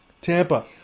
Tampa